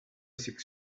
six